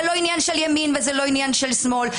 זה לא עניין של ימין או של שמאל.